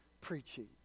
preaching